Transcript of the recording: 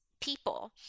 people